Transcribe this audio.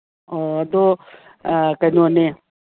ꯑꯗꯣ ꯀꯩꯅꯣꯅꯦ